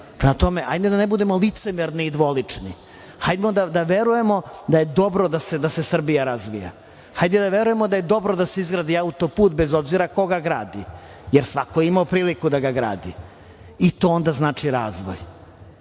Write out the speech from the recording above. tome, hajde da ne budemo licemerni i dvolični, hajmo da verujemo da je dobro da se Srbija razvija. Hajde da verujemo da je dobro da se izgradi auto-put bez obzira ko ga gradi, jer svako je imao priliku da ga gradi i to onda znači razvoj. Na